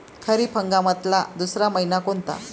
खरीप हंगामातला दुसरा मइना कोनता?